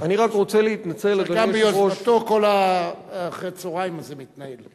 שגם ביוזמתו כל אחר-הצהריים הזה מתנהל.